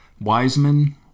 Wiseman